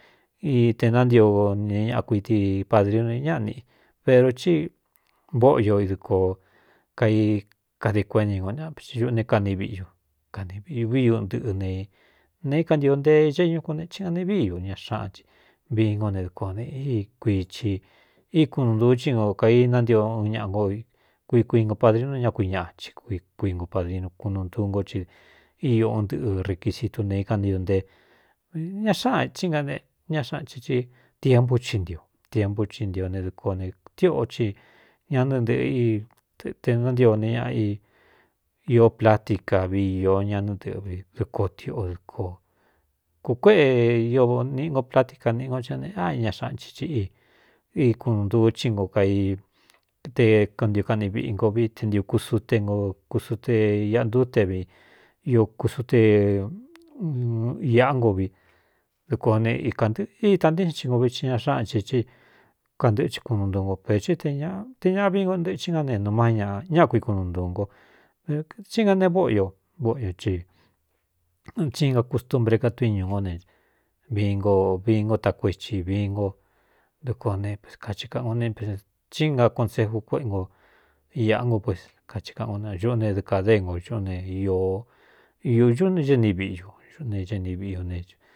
I te nántio neé ñaꞌa kuiti padriuu n ñáꞌa nīꞌi pero tí vóꞌo io idɨ kōo kai kade kueꞌni no ña ne kani viꞌiñu kani viꞌvi untɨꞌɨ ne neeíkantio ntee i éeñu kune í ngani víꞌi ñūꞌ ña xaꞌan ci vi nko ne dɨkoo ne í kuii ci íkunuu ntuu chi no kai nántio n ñaꞌa no kui kuingo padriu nú ñá kui ñaꞌa chi kui kuingu padrin kunu ntú nko i í un ntɨꞌɨ requisitu nēe i kan ntiꞌō nte ña xáꞌan í nga e ña xaꞌan chi í tiempú ci ntio tiempú i ntio ne dɨko ne tiꞌo ci ñanɨ ntɨ̄ꞌɨ ite nantio ne ñaꞌ i platica vi ī ñanɨ ɨꞌɨvi dɨko tiꞌo dɨkō kūkuéꞌe io nīꞌi ngo platica nīꞌi nko i ne áiña xaꞌan chi ci í í kunu ntuu ci no kate kɨn ntio kaꞌni viꞌi ngo vi te ntiūkusu te o kusu te iꞌantú te vi i kusu te īꞌá ngo vi dɨko o ne ikā ntɨ̄ꞌɨ ítāntéan ti ngo viti ña xáꞌan chi í kantɨꞌɨ hi kunuu ntu nko pero tí te ñāꞌa vií nko ntɨꞌɨ̄ i ngá ne nu má ña ñáꞌa kui kunu ntūu ngo tí nga nee vóꞌo io vóꞌo io ci tsí nga kustumbre ka tuiñū ngó ne vii ngo vií ngó takueti vií nó dɨkō ne p kai kaꞌan ko n tí nga konseju kuéꞌe ngo iꞌa nko pues kai kaꞌan ko ñuꞌún ne dɨ kādé éngo ñꞌún ne ūꞌu e ni viꞌi ñuꞌ ne eni viꞌi une.